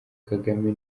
kagame